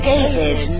David